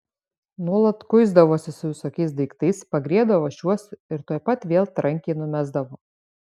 nuolat kuisdavosi su visokiais daiktais pagriebdavo šiuos ir tuoj pat vėl trankiai numesdavo